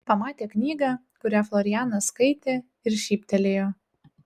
pamatė knygą kurią florianas skaitė ir šyptelėjo